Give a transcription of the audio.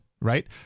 right